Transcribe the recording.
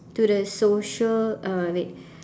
to the social uh wait